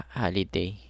holiday